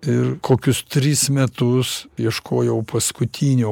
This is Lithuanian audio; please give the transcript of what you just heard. ir kokius tris metus ieškojau paskutinio